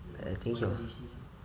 I think so